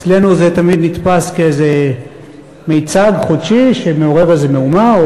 אצלנו זה תמיד נתפס כאיזה מיצג חודשי שמעורר איזה מהומה,